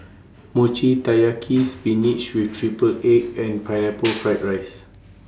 Mochi Taiyaki Spinach with Triple Egg and Pineapple Fried Rice